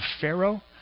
Pharaoh